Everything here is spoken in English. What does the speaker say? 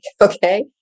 okay